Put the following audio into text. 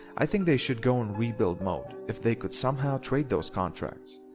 i think they should go in rebuild mode if they could somehow trade those contracts.